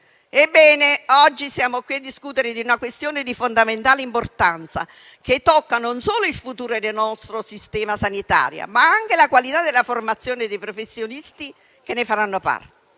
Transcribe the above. Ebbene, oggi siamo qui a discutere di una questione di fondamentale importanza, che tocca non solo il futuro del nostro sistema sanitario, ma anche la qualità della formazione dei professionisti che ne faranno parte.